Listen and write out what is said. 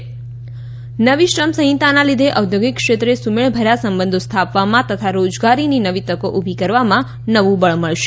ત નવી શ્રમ સંહિતાના લીધે ઔદ્યોગિક ક્ષેત્રે સુમેળ ભર્યા સંબંધો સ્થાપવામાં તથા રોજગારીની નવી તકો ઊભી કરવામાં નવું બળ મળશે